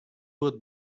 would